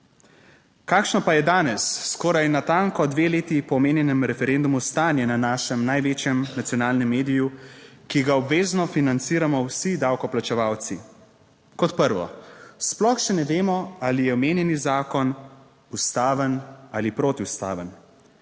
Kakšno pa je danes, skoraj natanko dve leti po omenjenem referendumu, stanje na našem največjem nacionalnem mediju, ki ga obvezno financiramo vsi davkoplačevalci? Kot prvo, sploh še ne vemo, ali je omenjeni zakon ustaven ali protiustaven.